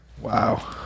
Wow